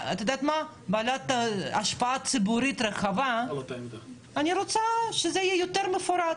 בעלת השפעה ציבורית רחבה אני רוצה שזה יהיה יותר מפורט.